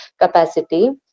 capacity